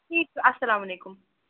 ٹھیٖک چھُ اسَلام علیکُم